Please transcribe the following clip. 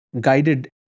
guided